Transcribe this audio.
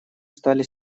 стали